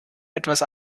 etwas